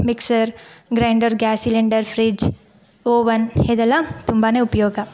mixer grinder gas cylinder fridge oven ಇದೆಲ್ಲ ತುಂಬಾ ಉಪಯೋಗ